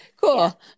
Cool